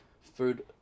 food